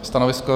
Stanovisko?